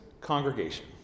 congregation